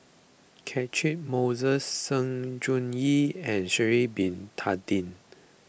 Catchick Moses Sng Choon Yee and Sha'ari Bin Tadin